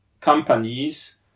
companies